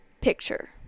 picture